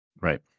Right